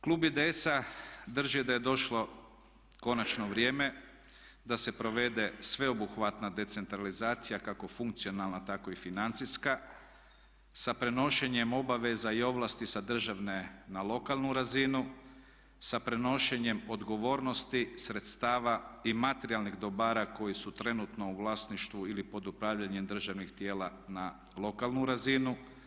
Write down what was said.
Klub IDS-a drži da je došlo konačno vrijeme da se provede sveobuhvatna decentralizacija kako funkcionalna, tako i financijska sa prenošenjem obaveza i ovlasti sa državne na lokalnu razinu, sa prenošenjem odgovornosti sredstava i materijalnih dobara koji su trenutno u vlasništvu ili pod upravljanjem državnih tijela na lokalnu razinu.